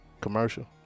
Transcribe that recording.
commercial